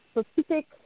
specific